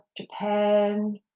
Japan